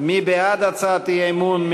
מי בעד הצעת האי-אמון?